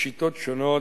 בשיטות שונות,